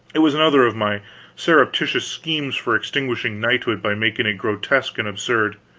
it was another of my surreptitious schemes for extinguishing knighthood by making it grotesque and absurd.